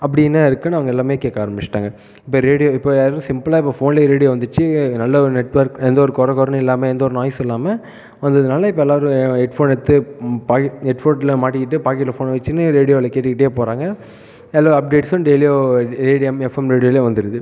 அப்படி என்ன இருக்குது நாங்கள் எல்லாமே கேட்க ஆரமிச்சுட்டாங்க இப்போ ரேடியோ இப்போ சிம்பிள்ளாக இப்போ ஃபோன்லயே ரேடியோ வந்துருச்சி நல்ல ஒரு நெட்ஒர்க் எந்த ஒரு கொர கொரனு இல்லாமல் எந்த ஒரு நாய்ஸு இல்லாமல் வந்ததினால இப்போ எல்லாரும் ஹெட்ஃபோன் எடுத்து பாக்கெட் ஹெட்ஃபோனில் மாட்டிக்கிட்டு பாக்கெட்டில் ஃபோனை வச்சினு ரேடியோவில் கேட்டுகிட்டே போகிறாங்க எல்லா அப்டேட்ஸும் டெய்லியும் ரேடியம் எஃப்எம் ரேடியோவில் வந்துடுது